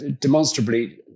demonstrably